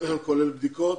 כולל בדיקות?